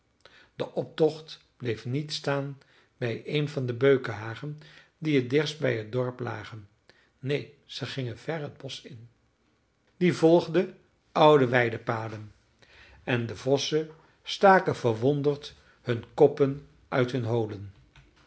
de optocht bleef niet staan bij een van de beukenhagen die t dichtst bij het dorp lagen neen ze gingen ver het bosch in die volgde oude weidenpaden en de vossen staken verwonderd hun koppen uit hun holen